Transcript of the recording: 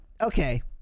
Okay